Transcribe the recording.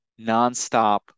nonstop